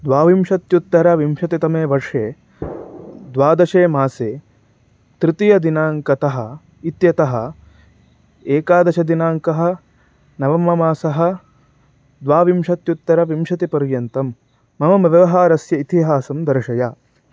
द्वाविंशत्युत्तरविंशतितमे वर्षे द्वादशे मासे तृतीयदिनाङ्कतः इत्यतः एकादशदिनाङ्कः नवममासः द्वाविंशत्युत्तरविंशतिपर्यन्तं मम व्यवहारस्य इतिहासं दर्शय